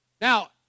Now